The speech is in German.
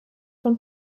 von